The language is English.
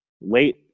late